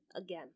again